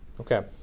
okay